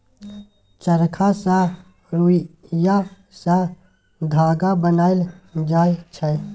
चरखा सँ रुइया सँ धागा बनाएल जाइ छै